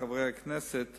חברי הכנסת,